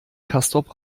castrop